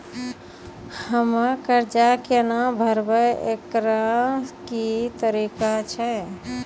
हम्मय कर्जा केना भरबै, एकरऽ की तरीका छै?